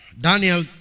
Daniel